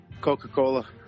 Coca-Cola